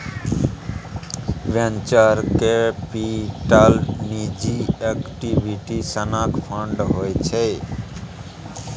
venture capital निजी equity सनक fund होइ छै